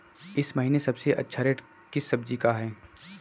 इस महीने सबसे अच्छा रेट किस सब्जी का है?